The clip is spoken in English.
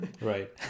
Right